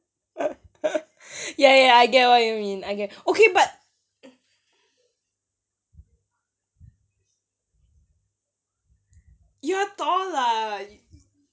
ya ya I get what you mean I get okay but you are tall lah